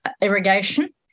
irrigation